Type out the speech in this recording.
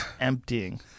emptying